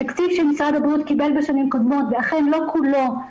תקציב שמשרד הבריאות קיבל בשנים קודמות ואכן לא כולו,